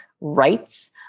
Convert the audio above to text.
rights